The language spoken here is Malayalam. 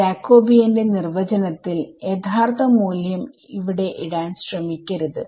ജാകോബിയന്റെ നിർവ്വചനത്തിൽ യഥാർത്ഥ മൂല്യം അവിടെ ഇടാൻ ശ്രമിക്കരുത്